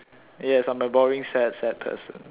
yes I am a boring sad sad person